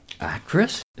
Actress